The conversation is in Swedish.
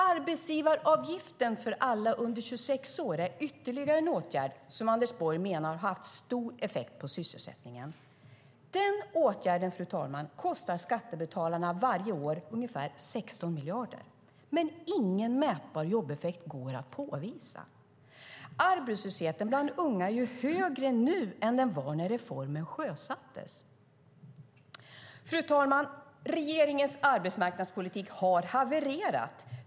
Arbetsgivaravgiften för alla under 26 år är ytterligare en åtgärd som Anders Borg menar haft stor effekt på sysselsättningen. Den åtgärden kostar skattebetalarna ungefär 16 miljarder varje år, men ingen mätbar jobbeffekt går att påvisa. Arbetslösheten bland unga är ju högre nu än den var när reformen sjösattes. Fru talman! Regeringens arbetsmarknadspolitik har havererat.